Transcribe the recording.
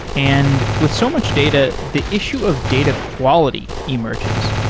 and with so much data, the issue of data quality emerges.